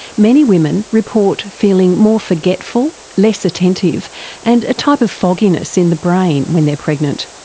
many women report feeling more forgetful, less attentive and a type of fogginess in the brain when they're pregnant.